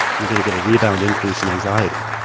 you're going to get a rebound increase in anxiety.